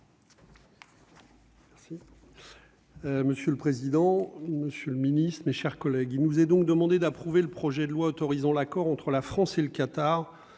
merci.